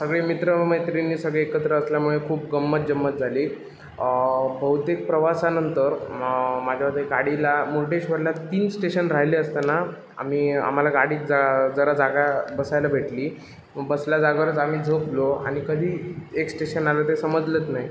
सगळे मित्रमैत्रिणी सगळे एकत्र असल्यामुळे खूप गंमत जंमत झाली बहुतेक प्रवासानंतर माझ्या जे गाडीला मुर्डेश्वरला तीन स्टेशन राहिले असताना आम्ही आम्हाला गाडीत ज जरा जागा बसायला भेटली बसल्या जागेवरच आम्ही झोपलो आणि कधी एक स्टेशन आलं ते समजलंच नाही